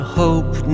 hope